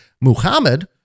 Muhammad